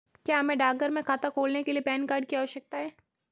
क्या हमें डाकघर में खाता खोलने के लिए पैन कार्ड की आवश्यकता है?